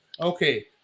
Okay